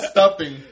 Stuffing